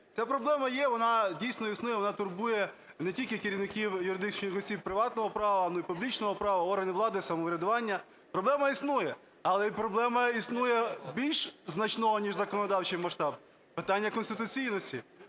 Ця проблема є, вона, дійсно, існує, вона турбує не тільки керівників юридичних осіб приватного права, але і публічного права, органів влади, самоврядування. Проблема існує. Але проблема існує більш значного ніж законодавчий масштаб – питання конституційності.